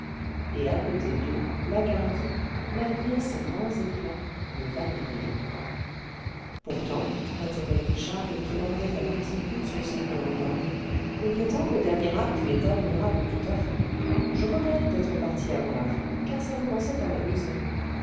et à côté d'eux lagardy malgré ses grands éclats ne valait rien pourtant interrompit charles qui mordait à petits coups son sorbet au rhum on prétend qu'au dernier acte il est admirable tout à fait je regrette d'être parti avant la fin car ça commençait à m'amuser